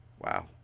wow